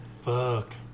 Fuck